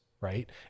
right